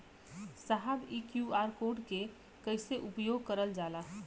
साहब इ QR code के कइसे उपयोग करल जाला?